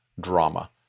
drama